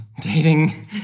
dating